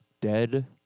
Dead